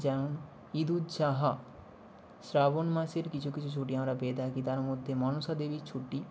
যেমন ইদুজ্জোহা শ্রাবণ মাসের কিছু কিছু ছুটি আমরা পেয়ে থাকি তার মধ্যে মনসাদেবীর ছুটি